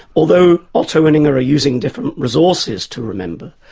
although otto and inga are using different resources to remember,